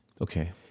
Okay